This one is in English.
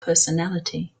personality